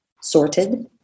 sorted